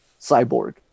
Cyborg